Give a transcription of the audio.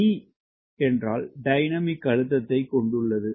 D dynamic அழுத்தத்தைக் கொண்டுள்ளது